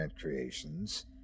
creations